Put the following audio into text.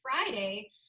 Friday